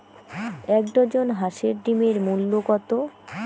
এক ডজন হাঁসের ডিমের মূল্য কত?